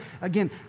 again